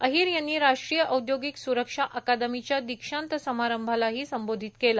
अहीर यांनी राष्ट्रीय औद्योगिक स्रक्षा अकादमीच्या दीक्षांत समारंभालाही संबोधित केलं